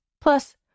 Plus